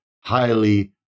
highly